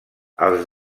els